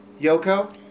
Yoko